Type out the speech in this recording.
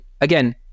Again